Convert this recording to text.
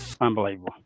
Unbelievable